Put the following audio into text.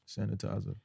sanitizer